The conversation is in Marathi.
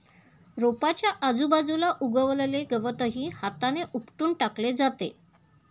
रोपाच्या आजूबाजूला उगवलेले गवतही हाताने उपटून टाकले जाते